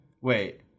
Wait